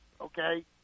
okay